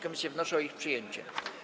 Komisje wnoszą o ich przyjęcie.